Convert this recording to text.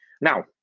Now